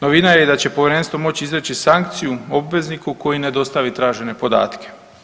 Novina je da će Povjerenstvo moći izreći sankciju obvezniku koji ne dostavi tražene podatke.